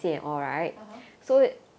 (uh huh)